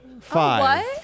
five